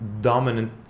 dominant